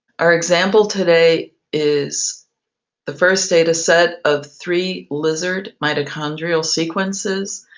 our example today is the first data set of three lizard mitochondrial sequences,